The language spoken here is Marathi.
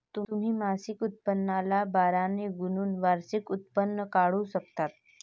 तुम्ही मासिक उत्पन्नाला बारा ने गुणून वार्षिक उत्पन्न काढू शकता